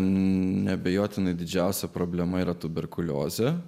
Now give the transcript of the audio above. neabejotinai didžiausia problema yra tuberkuliozė